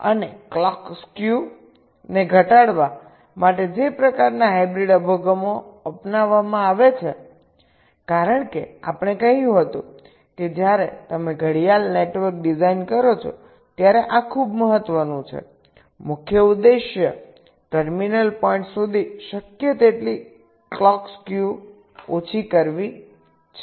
અને clock skew ને ઘટાડવા માટે જે પ્રકારના હાઇબ્રીડ અભિગમો અપનાવવામાં આવે છે કારણ કે આપણે કહ્યું હતું કે જ્યારે તમે ઘડિયાળ નેટવર્ક ડિઝાઇન કરો છો ત્યારે આ ખૂબ મહત્વનું છે મુખ્ય ઉદ્દેશ ટર્મિનલ પોઇન્ટ સુધી શક્ય તેટલી ક્લોક સ્ક્યુ ઓછી કરવી છે